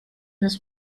this